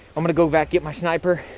i'm going to go back, get my sniper.